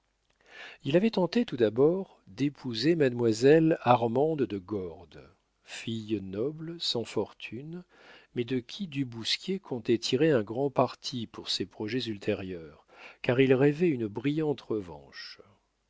il avait tenté tout d'abord d'épouser mademoiselle armande de gordes fille noble sans fortune mais de qui du bousquier comptait tirer un grand parti pour ses projets ultérieurs car il rêvait une brillante